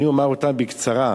אני אומַר אותם בקצרה,